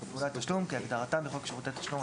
ו"פעולת תשלום" - כהגדרתם בחוק שירותי תשלום,